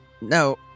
No